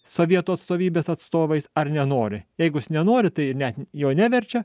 sovietų atstovybės atstovais ar nenori jeigu jis nenori tai ne jo neverčia